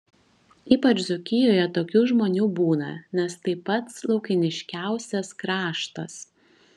ypač dzūkijoje tokių žmonių būna nes tai pats laukiniškiausias kraštas